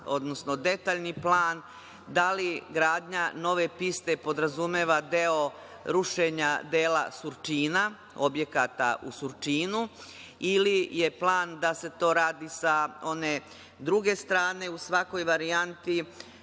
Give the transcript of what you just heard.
odnosno detaljni plan, da li gradnja nove piste podrazumeva deo rušenja dela Surčina, objekata u Surčinu, ili je plan da se to radi sa one druge strane?U svakoj varijanti,